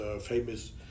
famous